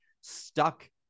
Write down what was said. stuck